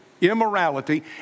immorality